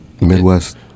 midwest